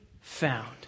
found